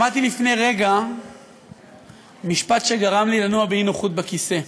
שמעתי לפני רגע משפט שגרם לי לנוע באי-נוחות בכיסא,